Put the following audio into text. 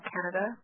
Canada